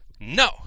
No